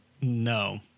No